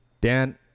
Dan